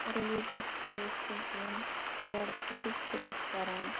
religious places یِم یور visit چھِ لُکھ کَران